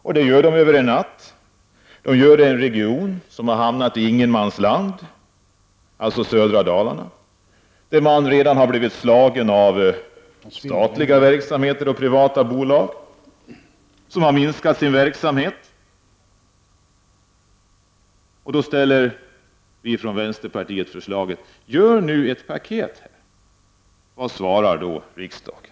Förändringen sker över en natt och det i en region som hamnat i ett ingenmansland, alltså södra Dalarna, där man redan har drabbats av att både staten och privata bolag har minskat sin verksamhet. Då ställer vi från vänsterpartiet förslaget: Gör nu ett paket här! Och vad svarar riksdagen!